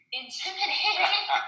intimidating